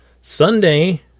Sunday